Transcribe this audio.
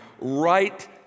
right